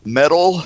metal